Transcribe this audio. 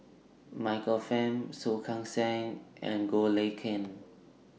Michael Fam Soh Kay Siang and Goh Lay Kuan